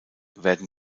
werden